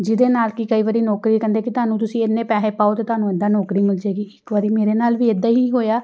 ਜਿਹਦੇ ਨਾਲ ਕਿ ਕਈ ਵਾਰੀ ਨੌਕਰੀ ਕਹਿੰਦੇ ਕਿ ਤੁਹਾਨੂੰ ਤੁਸੀਂ ਇੰਨੇ ਪੈਸੇ ਪਾਓ ਅਤੇ ਤੁਹਾਨੂੰ ਇੱਦਾਂ ਨੌਕਰੀ ਮਿਲ ਜੇਗੀ ਇੱਕ ਵਾਰੀ ਮੇਰੇ ਨਾਲ ਵੀ ਇੱਦਾਂ ਹੀ ਹੋਇਆ